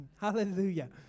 Hallelujah